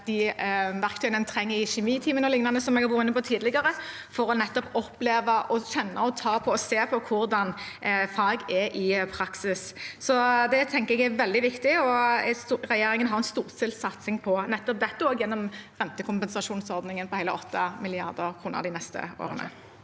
de verktøyene en trenger i kjemitimene o.l., som jeg har vært inne på tidligere, for nettopp å oppleve, kjenne, ta på og se på hvordan fag er i praksis. Det tenker jeg er veldig viktig. Regjeringen har en storstilt satsing på nettopp dette, også gjennom rentekompensasjonsordningen på hele 8 mrd. kr de neste årene.